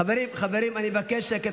חברים, אני מבקש שקט.